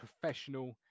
professional